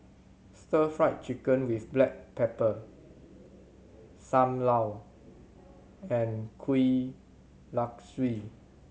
Stir Fried Chicken with black pepper Sam Lau and kuih Laswi